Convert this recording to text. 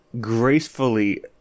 gracefully